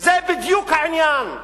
זה בדיוק העניין.